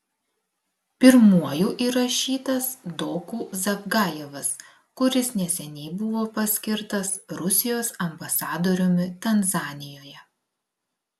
pirmuoju įrašytas doku zavgajevas kuris neseniai buvo paskirtas rusijos ambasadoriumi tanzanijoje